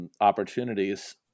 opportunities